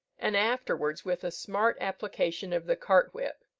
and afterwards with a smart application of the cart-whip,